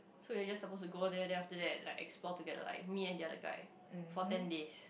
so we are just suppose to go there then after that like explore together like me and the other guy for ten days